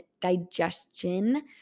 digestion